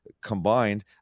Combined